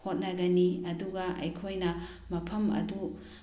ꯍꯣꯠꯅꯒꯅꯤ ꯑꯗꯨꯒ ꯑꯩꯈꯣꯏꯅ ꯃꯐꯝ ꯑꯗꯨ